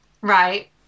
Right